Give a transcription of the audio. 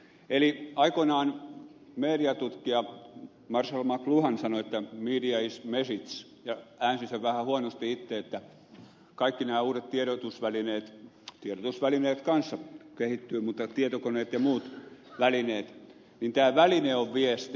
eli aikoinaan mediatutkija marshall mcluhan sanoi että media is message ja äänsi sen vähän huonosti itse että kun kaikki nämä uudet tiedotusvälineet tiedotusvälineet myös kehittyvät tietokoneet ja muut välineet niin tämä väline on viesti